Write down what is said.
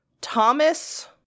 Thomas